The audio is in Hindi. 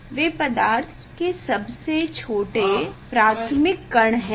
वे पदार्थ के सबसे छोटे प्राथमिक कण हैं